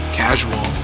casual